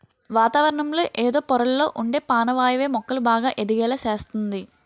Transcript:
వాతావరణంలో ఎదో పొరల్లొ ఉండే పానవాయువే మొక్కలు బాగా ఎదిగేలా సేస్తంది